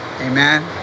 Amen